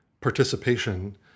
participation